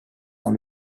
dans